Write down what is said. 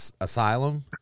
asylum